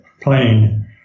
plane